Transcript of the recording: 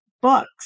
books